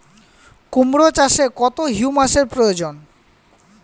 কুড়মো চাষে কত হিউমাসের প্রয়োজন?